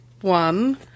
one